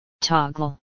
Toggle